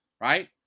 right